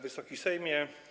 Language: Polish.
Wysoki Sejmie!